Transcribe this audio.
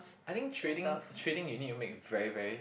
I think trading trading you need to make very very